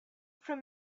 from